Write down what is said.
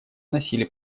носили